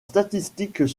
statistiques